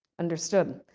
understood.